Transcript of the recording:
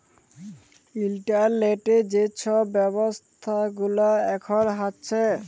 ইলটারলেটে যে ছব ব্যাব্ছা গুলা এখল হ্যছে